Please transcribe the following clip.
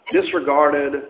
disregarded